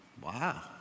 Wow